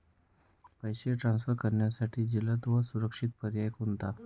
पैसे ट्रान्सफर करण्यासाठी जलद व सुरक्षित पर्याय कोणता?